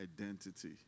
identity